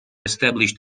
established